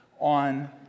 on